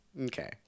Okay